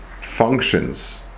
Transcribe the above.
functions